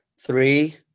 Three